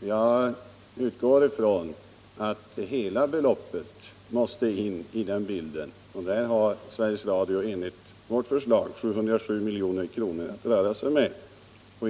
Jag utgår ifrån att hela beloppet måste in i den bilden när det gäller att bedöma kvalitet, och där har Sveriges Radio enligt vårt förslag 707 milj.kr. att röra sig med.